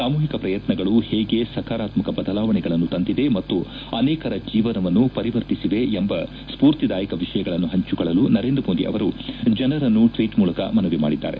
ಸಾಮೂಹಿಕ ಶ್ರಯತ್ನಗಳು ಹೇಗೆ ಸಕಾರಾತ್ನಕ ಬದಲಾವಣೆಗಳನ್ನು ತಂದಿದೆ ಮತ್ತು ಅನೇಕರ ಜೀವನವನ್ನು ಪರಿವರ್ತಿಸಿವೆ ಎಂಬ ಸ್ಪೂರ್ತಿದಾಯಕ ವಿಷಯಗಳನ್ನು ಹಂಚಿಕೊಳ್ಳಲು ನರೇಂದ್ರ ಮೋದಿ ಅವರು ಜನರನ್ನು ಟ್ವೀಟ್ ಮೂಲಕ ಮನವಿ ಮಾಡಿದ್ದಾರೆ